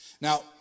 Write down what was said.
Now